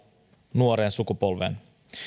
nuoreen sukupolveen